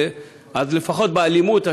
אז לפחות באלימות,